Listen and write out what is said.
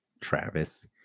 Travis